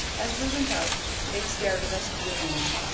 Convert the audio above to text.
as we went out they stared at us gloomily.